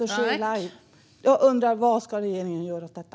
Vad ska regeringen göra åt detta?